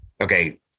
okay